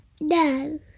No